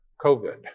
COVID